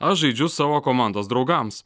aš žaidžiu savo komandos draugams